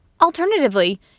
Alternatively